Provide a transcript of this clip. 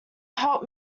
help